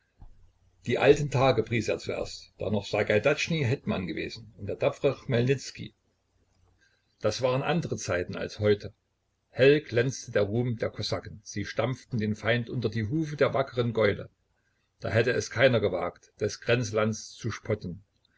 die alten tage pries er zuerst da noch sagaidatschni hetman gewesen und der tapfere chmelnitzki das waren andere zeiten als heute hell glänzte der ruhm der kosaken sie stampften den feind unter die hufe der wackeren gäule da hätte es keiner gewagt des grenzlands zu spotten